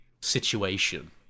situation